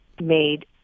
made